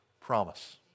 promise